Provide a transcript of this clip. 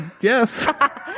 yes